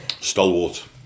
Stalwart